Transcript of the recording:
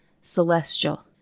celestial